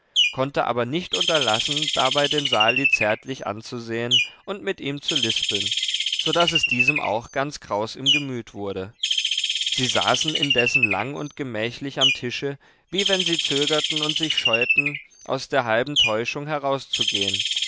konnte aber nicht unterlassen dabei den sali zärtlich anzusehen und mit ihm zu lispeln so daß es diesem auch ganz kraus im gemüt wurde sie saßen indessen lang und gemächlich am tische wie wenn sie zögerten und sich scheuten aus der halben täuschung herauszugehen